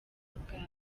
ubwawe